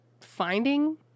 finding